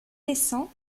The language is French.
descend